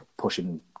pushing